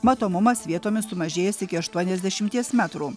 matomumas vietomis sumažėjęs iki aštuoniasdešimties metrų